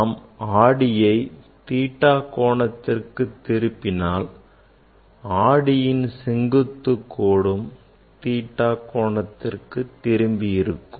நாம் ஆடியை theta கோணத்திற்கு திருப்பினால் ஆடியின் செங்கக்கூத்து கோடும் theta கோணத்திற்கு திரும்பியிருக்கும்